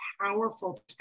powerful